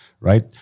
Right